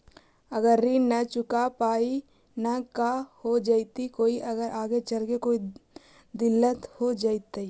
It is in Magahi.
अगर ऋण न चुका पाई न का हो जयती, कोई आगे चलकर कोई दिलत हो जयती?